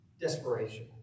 Desperation